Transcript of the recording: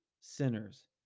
sinners